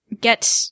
get